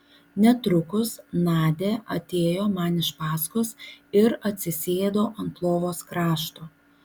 netrukus nadia atėjo man iš paskos ir atsisėdo ant lovos krašto